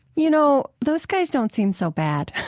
you know, those guys don't seem so bad.